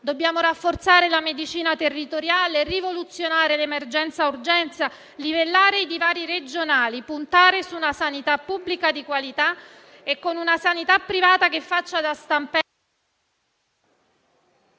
Dobbiamo rafforzare la medicina territoriale, rivoluzionare l'emergenza-urgenza, livellare i divari regionali, puntare su una sanità pubblica di qualità e con una sanità privata che faccia da stampella...